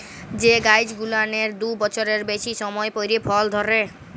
যে গাইছ গুলানের দু বচ্ছরের বেইসি সময় পইরে ফল ধইরে